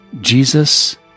Jesus